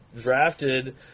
drafted